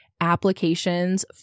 applications